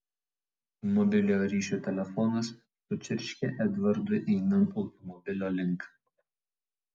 mobiliojo ryšio telefonas sučirškė edvardui einant automobilio link